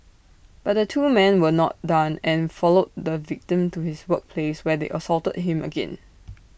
but the two men were not done and followed the victim to his workplace where they assaulted him again